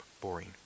boring